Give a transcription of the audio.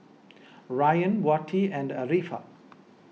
Ryan Wati and Arifa